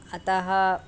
अतः